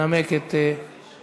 לנמק את הצעתו,